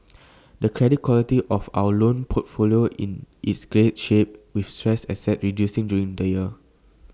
the credit quality of our loan portfolio is in great shape with stressed assets reducing during the year